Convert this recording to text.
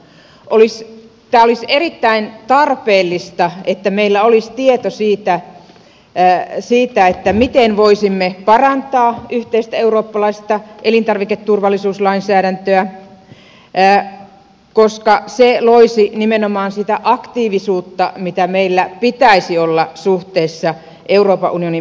olisi erittäin tarpeellista että meillä olisi tieto siitä miten voisimme parantaa yhteistä eurooppalaista elintarviketurvallisuuslainsäädäntöä koska se loisi nimenomaan sitä aktiivisuutta mitä meillä pitäisi olla suhteessa euroopan unionin päätöksentekoon